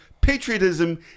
Patriotism